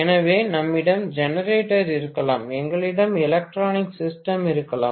எனவே நம்மிடம் ஜெனரேட்டர் இருக்கலாம் எங்களிடம் எலக்ட்ரானிக் சிஸ்டம் இருக்கலாம்